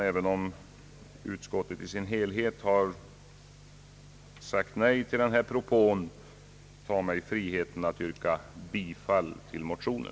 Trots att utskottet i sin helhet har sagt nej till denna propå tar jag mig friheten att yrka bifall till motionen.